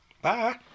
Bye